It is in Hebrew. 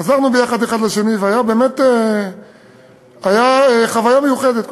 עזרנו אחד לשני, וזו הייתה חוויה מיוחדת.